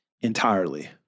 entirely